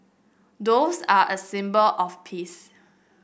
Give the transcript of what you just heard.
doves are a symbol of peace